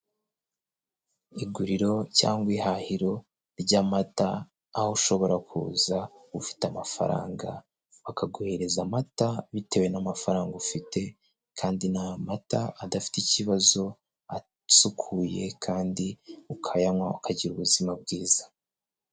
Iguriro cyangwa ihahiro ry'amata, aho ushobora kuza ufite amafaranga akaguhereza amata bitewe n'amafaranga ufite, kandi ni amata adafite ikibazo, asukuye, kandi ukayanywa ukagira ubuzima bwiza.